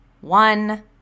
one